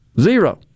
zero